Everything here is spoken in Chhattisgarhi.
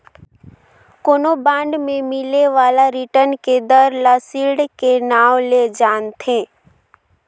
कोनो बांड मे मिले बाला रिटर्न के दर ल सील्ड के नांव ले जानथें